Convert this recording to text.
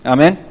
Amen